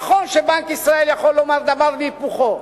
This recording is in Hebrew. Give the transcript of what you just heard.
נכון שבנק ישראל יכול לומר דבר והיפוכו.